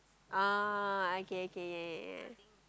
ah okay okay yeah yeah yeah yeah